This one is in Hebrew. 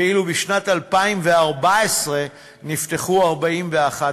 ובשנת 2014 נפתחו 41 תיקים.